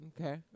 Okay